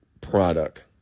product